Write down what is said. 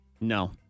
No